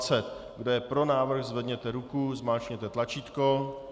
Kdo je pro návrh, zvedněte ruku, zmáčkněte tlačítko.